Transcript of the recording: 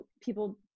people